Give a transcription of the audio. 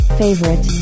favorite